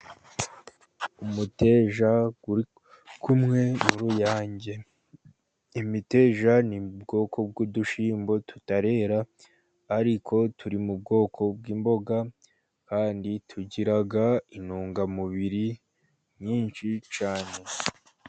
Umuteja urikumwe nuruyange imiteja ni bwoko bw'udushyimbo tutarera ariko turi mu bwoko bw'imboga kandi tugira intungamubiri nyinshi cyane.